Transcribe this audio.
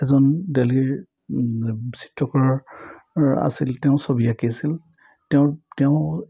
এজন দেলহীৰ চিত্ৰকৰ আছিল তেওঁ ছবি আঁকিছিল তেওঁ তেওঁ